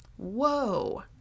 whoa